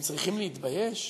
הם צריכים להתבייש?